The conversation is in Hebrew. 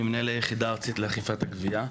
מנהל היחידה הארצית לאכיפת הגבייה.